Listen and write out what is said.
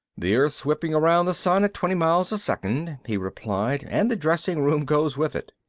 the earth's whipping around the sun at twenty miles a second, he replied, and the dressing room goes with it.